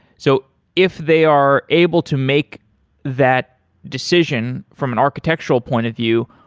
so if they are able to make that decision from an architectural point of view,